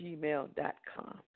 gmail.com